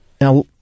Now